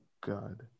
god